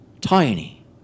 tiny